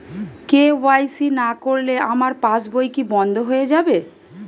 KYC না করলে আমার পাশ বই কি বন্ধ হয়ে যাবে?